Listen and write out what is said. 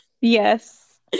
yes